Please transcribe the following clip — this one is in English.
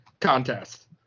contest